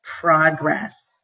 progress